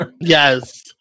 Yes